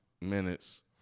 minutes